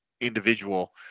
individual